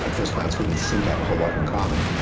um first glance wouldn't seem to have a whole lot in common,